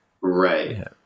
right